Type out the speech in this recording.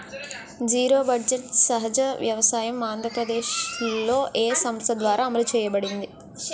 Zero budget సహజ వ్యవసాయం ఆంధ్రప్రదేశ్లో, ఏ సంస్థ ద్వారా అమలు చేయబడింది?